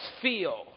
feel